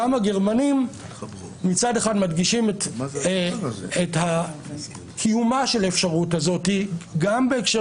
גם הגרמנים מצד אחד מדגישים את קיומה של האפשרות הזאת גם בהקשר